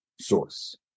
source